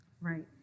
Right